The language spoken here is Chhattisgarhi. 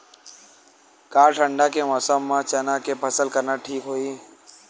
का ठंडा के मौसम म चना के फसल करना ठीक होही?